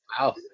wow